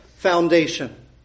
Foundation